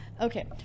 Okay